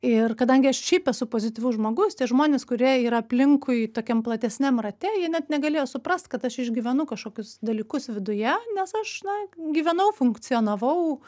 ir kadangi aš šiaip esu pozityvus žmogus tie žmonės kurie yra aplinkui tokiam platesniam rate jie net negalėjo suprast kad aš išgyvenu kažkokius dalykus viduje nes aš na gyvenau funkcionavau